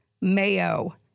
mayo